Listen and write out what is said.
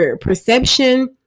perception